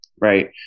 right